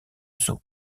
saut